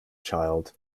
child